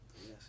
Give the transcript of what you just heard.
Yes